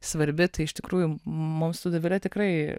svarbi tai iš tikrųjų mum su dovile tikrai